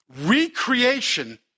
recreation